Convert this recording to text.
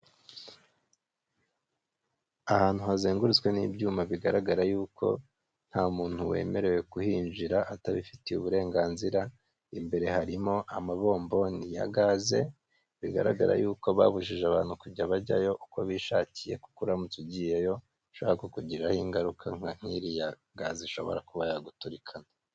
Ahantu hazengurutswe n'ibyuma bigaragara yuko nta muntu wemerewe kuhinjira atabifitiye uburenganzira imbere harimo amabomboni ya gaze bigaragara yuko babujije abantu kujya bajyayo uko bishakiye kuko uramutse ugiyeyo bishobora kukugiraho ingaruka nka gaze ishobora kuba yaguturikana.